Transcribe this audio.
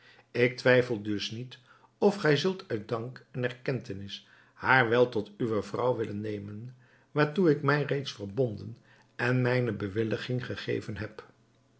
ik twijfel dus niet of gij zult uit dank en erkentenis haar wel tot uwe vrouw willen nemen waartoe ik mij reeds verbonden en mijne bewilliging gegeven heb